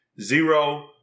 Zero